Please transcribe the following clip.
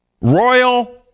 royal